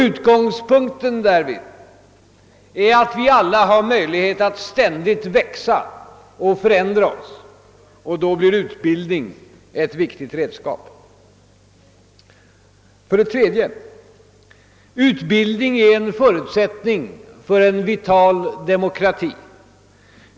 Utgångspunkten är att vi alla har möjlighet att ständigt växa och förändra oss. Då blir utbildning ett viktigt redskap. För det tredje: Utbildning är en förutsättning för en vital demokrati.